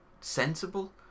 sensible